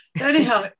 Anyhow